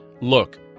Look